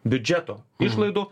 biudžeto išlaidų